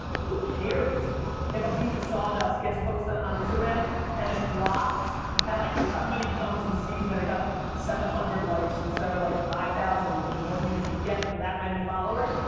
who cares if a piece of sawdust gets posted on instagram and it flops and like somebody comes and sees that it got seven hundred likes instead of like five thousand, which is what you should get for that many followers.